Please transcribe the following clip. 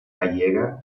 gallega